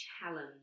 challenge